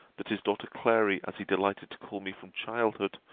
that his daughter clary, as he delighted to call me from childhood,